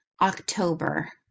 October